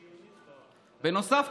בנוסף,